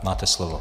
Máte slovo.